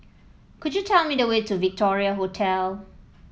could you tell me the way to Victoria Hotel